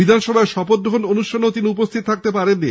বিধানসভায় শপথ গ্রহণ অনুষ্ঠানে তিনি উপস্থিত থাকতে পারেননি